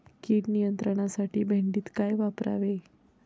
कीड नियंत्रणासाठी भेंडीत काय वापरावे?